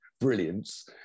brilliance